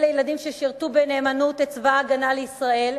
אלה ילדים ששירתו בנאמנות בצבא-הגנה לישראל,